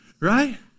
Right